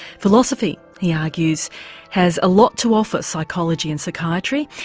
philosophy he argues has a lot to offer psychology and psychiatry,